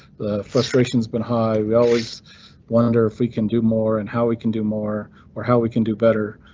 the frustrations been high. we always wonder if we can do more and how we can do more or how we can do better.